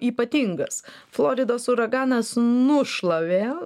ypatingas floridos uraganas nušlavė